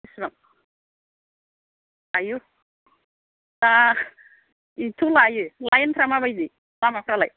बेसेबां आयु बाह एथ्थ' लायो लाइन फोरा माबायदि लामाफोरालाय